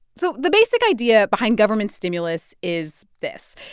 so the basic idea behind government stimulus is this.